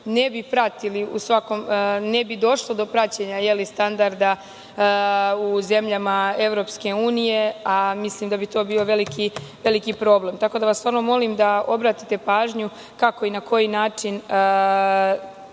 ne bi došlo do praćenja standarda u zemljama EU, a mislim da bi to bio veliki problem. Tako da vas molim da obratite pažnju kako i na koji način